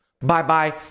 Bye-bye